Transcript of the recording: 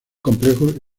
complejo